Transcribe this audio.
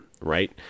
right